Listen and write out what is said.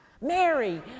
Mary